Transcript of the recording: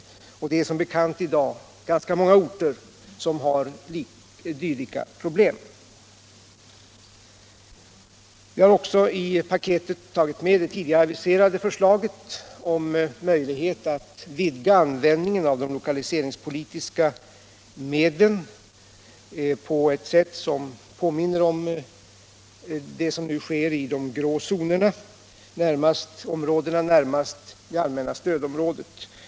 Som bekant är det i dag ganska många orter som har dylika problem. Vi har också i paketet tagit med det tidigare aviserade förslaget om möjlighet att vidga användningen av de lokaliseringspolitiska medlen på ett sätt som påminner om vad som sker i de grå zonerna, områdena närmast det allmänna stödområdet.